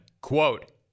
Quote